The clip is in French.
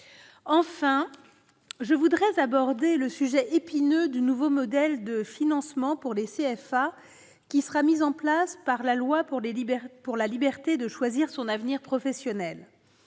Enfin, je voudrais aborder le sujet épineux du nouveau modèle de financement des CFA, qui sera mis en place par la loi pour la liberté de choisir son avenir professionnel.